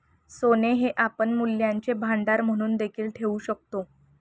सोने हे आपण मूल्यांचे भांडार म्हणून देखील ठेवू शकतो